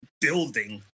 building